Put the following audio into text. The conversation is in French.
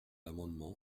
l’amendement